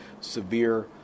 severe